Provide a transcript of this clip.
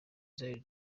zion